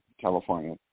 California